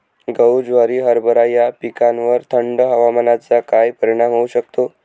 गहू, ज्वारी, हरभरा या पिकांवर थंड हवामानाचा काय परिणाम होऊ शकतो?